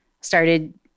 started